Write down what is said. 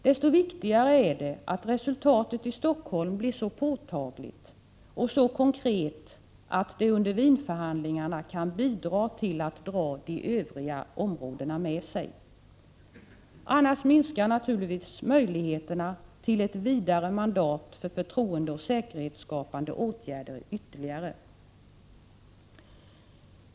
Desto viktigare är det att resultatet i Helsingfors blir så påtagligt och så konkret att det under Wienförhandlingarna kan bidra till att dra de övriga områdena med sig. Annars minskar naturligtvis möjligheterna till ett vidare mandat för förtroendeoch säkerhetsskapande åtgärder ytterligare.